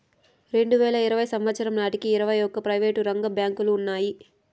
రెండువేల ఇరవై సంవచ్చరం నాటికి ఇరవై ఒక్క ప్రైవేటు రంగ బ్యాంకులు ఉన్నాయి